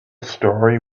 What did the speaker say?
story